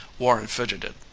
warren fidgeted.